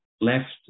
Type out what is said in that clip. left